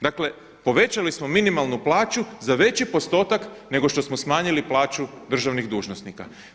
Dakle povećali smo minimalnu plaću za veći postotak nego što smo smanjili plaću državnih dužnosnika.